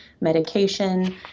medication